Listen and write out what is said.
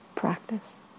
practice